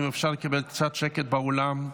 אם אפשר לקבל קצת שקט באולם.